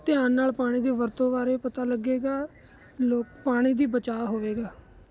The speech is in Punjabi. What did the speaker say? ਧਿਆਨ ਨਾਲ ਪਾਣੀ ਦੀ ਵਰਤੋਂ ਬਾਰੇ ਪਤਾ ਲੱਗੇਗਾ ਲੋਕ ਪਾਣੀ ਦੀ ਬਚਾਅ ਹੋਵੇਗਾ